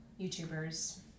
youtubers